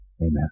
amen